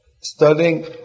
studying